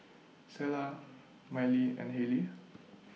Selah Miley and Halie